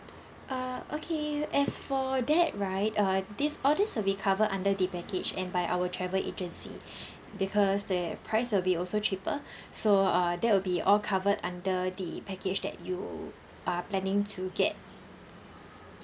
uh okay as for that right uh this all this we cover under the package and by our travel agency because the price will be also cheaper so uh that will be all covered under the package that you are planning to get